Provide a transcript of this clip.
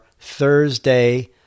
Thursday